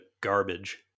garbage